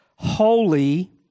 holy